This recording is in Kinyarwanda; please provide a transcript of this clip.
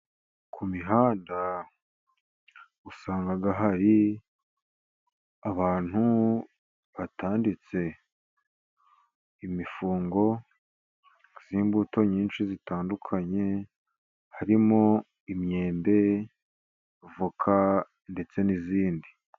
Ku mihanda usanga hari abantu baba batanditse, imifungo y'imbuto myinshi itandukanye harimo: imyembe , avoka ndetse n'izindi.